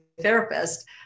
therapist